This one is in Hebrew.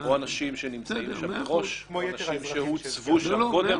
כמו אנשים שנמצאים שם מראש, אנשים שהוצבו שם קודם.